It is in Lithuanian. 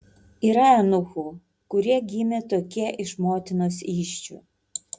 yra eunuchų kurie gimė tokie iš motinos įsčių